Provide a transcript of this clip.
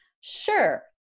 sure